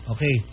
Okay